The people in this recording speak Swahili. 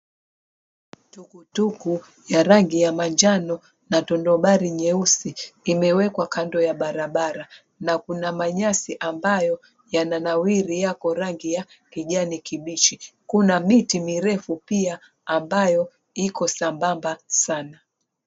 Tuktuk ya rangi ya manjano na tonobari nyeusi imewekwa kando ya barabara na kuna manyasi ambayo yananawiri yako rangi ya kijani kibichi. Kuna miti mirefu pia ambayo iko sambamba sana.